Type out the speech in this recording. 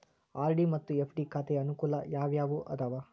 RD ಮತ್ತು FD ಖಾತೆಯ ಅನುಕೂಲ ಯಾವುವು ಅದಾವ?